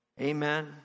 Amen